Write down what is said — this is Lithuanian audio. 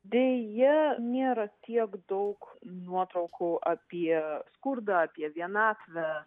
deja nėra tiek daug nuotraukų apie skurdą apie vienatvę